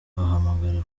wahamagara